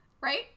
Right